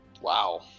Wow